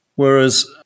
Whereas